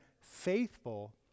faithful